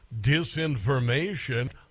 disinformation